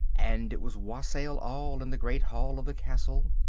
and it was wassail all in the great hall of the castle,